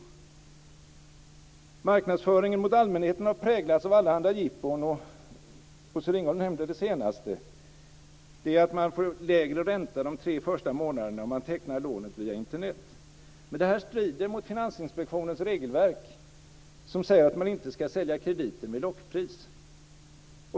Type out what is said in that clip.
Marknadsföringen gentemot allmänheten har präglats av allehanda jippon. Bosse Ringholm nämnde det senaste, att man får lägre ränta de tre första månaderna om man tecknar lånet via Internet. Men detta strider mot Finansinspektionens regelverk som säger att man inte ska sälja krediter med lockpris.